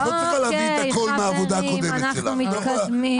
אוקיי, חברים אנחנו מתקדמים.